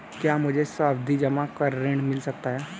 क्या मुझे सावधि जमा पर ऋण मिल सकता है?